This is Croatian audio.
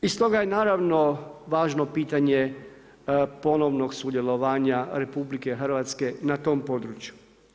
I stoga je naravno važno pitanje ponovnog sudjelovanja RH na tom području.